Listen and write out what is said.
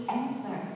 answer